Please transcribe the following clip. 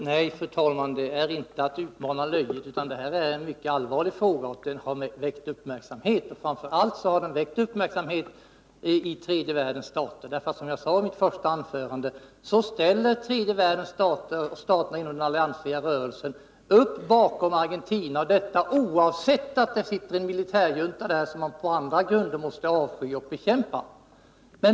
Fru talman! Nej, det är inte att utmana löjet, utan det här är en mycket allvarlig fråga. Den har väckt uppmärksamhet, framför allt i tredje världens stater. Som jag sade i mitt första anförande ställer tredje världens stater och staterna inom den alliansfria rörelsen upp bakom Argentina, trots att det där sitter en militärjunta, som man på andra grunder måste avsky och bekämpa.